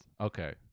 Okay